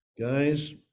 Guys